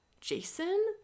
Jason